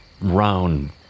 round